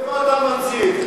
מאיפה אתה ממציא את זה?